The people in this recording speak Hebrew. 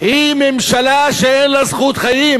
היא ממשלה שאין לה זכות חיים,